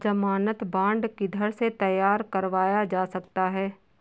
ज़मानत बॉन्ड किधर से तैयार करवाया जा सकता है?